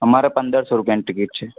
અમારે પંદરસો રૂપિયાની ટિકિટ છે